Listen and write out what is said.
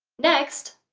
next,